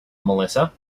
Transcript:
melissa